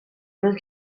non